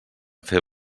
fer